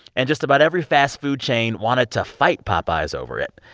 and just about every fast food chain wanted to fight popeyes over it,